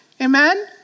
amen